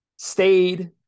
Stayed